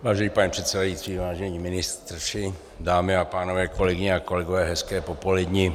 Vážený pane předsedající, vážení ministři, dámy a pánové, kolegyně a kolegové, hezké popolední.